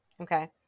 okay